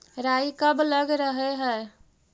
राई कब लग रहे है?